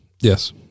Yes